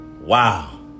Wow